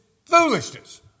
Foolishness